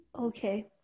Okay